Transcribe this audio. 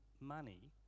money